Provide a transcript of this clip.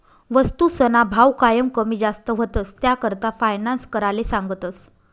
वस्तूसना भाव कायम कमी जास्त व्हतंस, त्याकरता फायनान्स कराले सांगतस